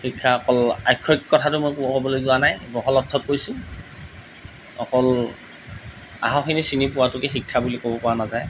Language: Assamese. শিক্ষা অকল আক্ষৰিক কথাটো মই ক'বলৈ যোৱা নাই বহল অৰ্থত কৈছোঁ অকল আখৰখিনি চিনি পোৱাটোকে শিক্ষা বুলি ক'ব পৰা নাযায়